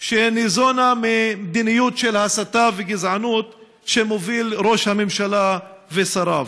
שניזונה ממדיניות של הסתה וגזענות שמובילים ראש הממשלה ושריו.